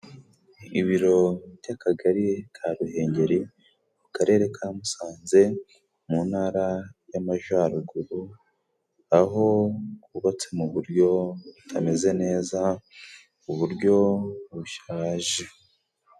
Ibiro by'Akagari ka Ruhengeri mu Karere ka Musanze mu Ntara y'Amajyaruguru, aho kubatse mu buryo butameze neza mu buryo bushaje.